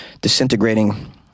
disintegrating